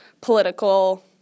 political